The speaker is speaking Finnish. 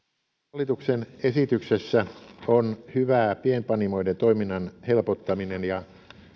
hallituksen esityksessä on hyvää pienpanimoiden toiminnan helpottaminen ja